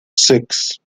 six